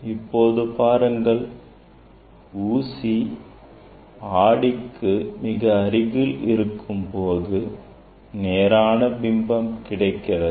இப்போது பாருங்கள் ஊசி ஆடிக்கு மிக அருகில் இருக்கும்போது நேரான பிம்பம் கிடைக்கிறது